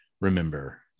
remember